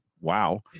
wow